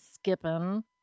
Skipping